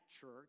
church